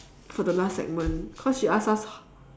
for the last segment cause she ask us